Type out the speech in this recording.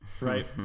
right